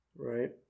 Right